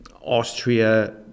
Austria